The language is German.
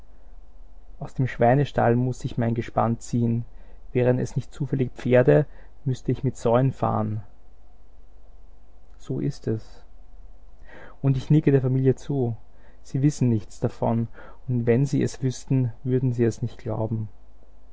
aus dem schweinestall muß ich mein gespann ziehen wären es nicht zufällig pferde müßte ich mit säuen fahren so ist es und ich nicke der familie zu sie wissen nichts davon und wenn sie es wüßten würden sie es nicht glauben